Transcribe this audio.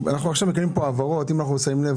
אנחנו עכשיו מקיימים כאן העברות ואם אנחנו שמים לב,